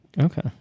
Okay